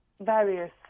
various